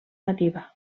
nativa